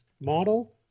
model